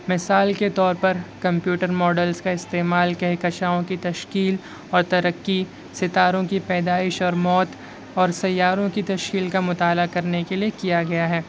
مثال کے طور پر کمپیوٹر ماڈلز کا استعمال کہکشاؤں کی تشکیل اور ترقی ستاروں کی پیدائش اور موت اور سیاروں کی تشکیل کا مطالعہ کرنے کے لئے کیا گیا ہے